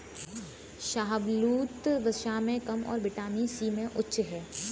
शाहबलूत, वसा में कम और विटामिन सी में उच्च है